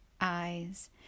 eyes